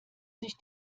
sich